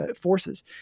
forces